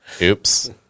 Oops